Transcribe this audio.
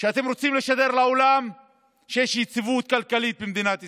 שאתם רוצים לשדר לעולם שיש יציבות כלכלית במדינת ישראל,